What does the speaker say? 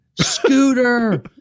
scooter